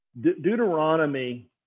Deuteronomy